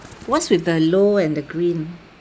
what's with the low and the green